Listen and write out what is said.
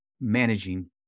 managing